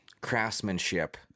craftsmanship